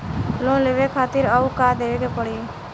Loan लेवे खातिर अउर का देवे के पड़ी?